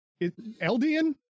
eldian